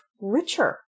richer